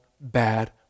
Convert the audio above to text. bad